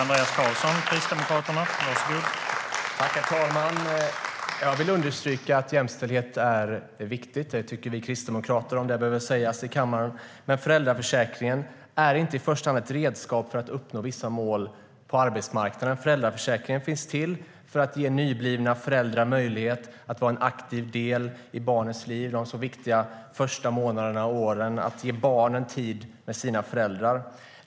Herr talman! Jag vill understryka att jämställdheten är viktig. Det tycker vi kristdemokrater, om det nu behöver sägas i kammaren. Men föräldraförsäkringen är inte i första hand ett redskap för att uppnå vissa mål på arbetsmarknaden. Föräldraförsäkringen finns till för att ge nyblivna föräldrar möjlighet att vara en aktiv del i barnens liv de viktiga första månaderna och åren, att ge barnen tid med föräldrarna.